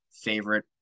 favorite